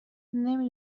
نمی